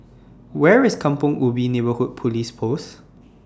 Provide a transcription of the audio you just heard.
Where IS Kampong Ubi Neighbourhood Police Post